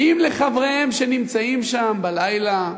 ואם לחבריהם שנמצאים שם בלילה,